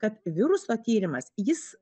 kad viruso tyrimas jis